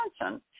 attention